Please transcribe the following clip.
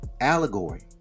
allegory